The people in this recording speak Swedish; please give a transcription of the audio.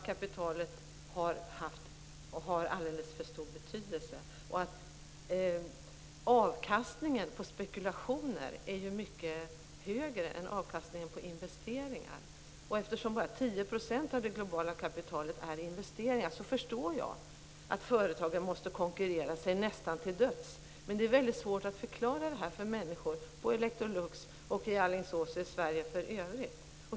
Kapitalet har haft och har alldeles för stor betydelse. Avkastningen på spekulationer är mycket högre än avkastningen på investeringar. Eftersom bara 10 % av det globala kapitalet är investeringar förstår jag att företagen måste konkurrera sig nästan till döds, men det är väldigt svårt att förklara detta för människor på Electrolux, i Alingsås och i Sverige för övrigt.